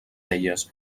elles